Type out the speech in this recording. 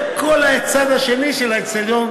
ובכל הצד השני של האיצטדיון,